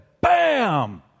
bam